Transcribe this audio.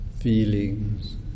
feelings